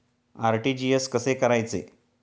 RTGS कसे करायचे?